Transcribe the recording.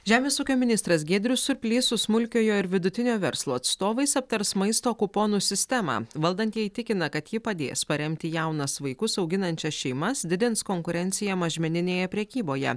žemės ūkio ministras giedrius surplys su smulkiojo ir vidutinio verslo atstovais aptars maisto kuponų sistemą valdantieji tikina kad ji padės paremti jaunas vaikus auginančias šeimas didins konkurenciją mažmeninėje prekyboje